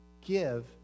Give